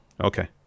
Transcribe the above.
Okay